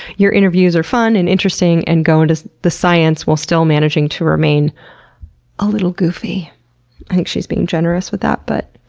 your interviews are fun and interesting and go and into the science, while still managing to remain a little goofy i think she is being generous with that but.